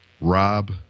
Rob